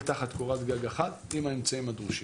תחת קורת גג אחת עם האמצעים הדרושים.